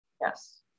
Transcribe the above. yes